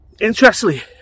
Interestingly